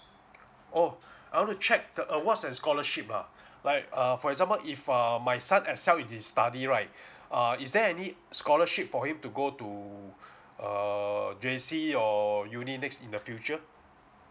oh I want to check the awards and scholarship ah like uh for example if uh my son excel in his study right uh is there any scholarship for him to go to err J_C or uni next in the future